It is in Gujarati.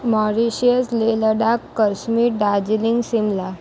મોરિસિયસ લેહ લદ્દાખ કાશ્મીર દાર્જિલિંગ સિમલા